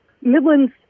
Midland's